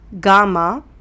gamma